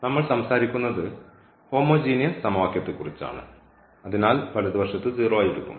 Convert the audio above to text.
നമ്മൾ സംസാരിക്കുന്നത് ഹോമോജീനിയസ് സമവാക്യത്തെക്കുറിച്ചാണ് അതിനാൽ വലതുവശത്ത് 0 ആയി എടുക്കും